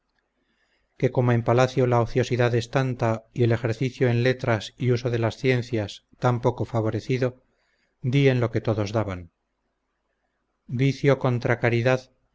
que como en palacio la ociosidad es tanta y el ejercicio en letras y uso de las ciencias tan poco favorecido dí en lo que todos daban vicio contra caridad